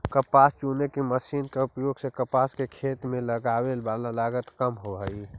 कपास चुने के मशीन के उपयोग से कपास के खेत में लगवे वाला लगत कम होवऽ हई